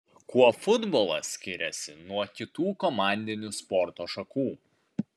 kuo futbolas skiriasi nuo kitų komandinių sporto šakų